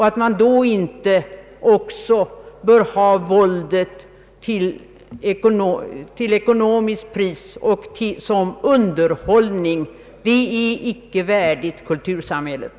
Att då tillåta våld mot betalning och som underhållning är icke värdigt kultursamhället.